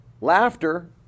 laughter